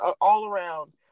all-around